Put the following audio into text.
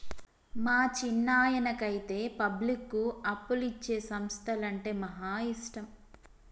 మా చిన్నాయనకైతే పబ్లిక్కు అప్పులిచ్చే సంస్థలంటే మహా ఇష్టం